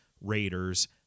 Raiders